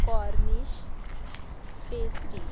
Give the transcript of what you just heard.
cornish pasty